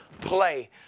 play